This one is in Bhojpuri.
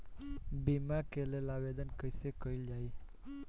बीमा के लेल आवेदन कैसे कयील जाइ?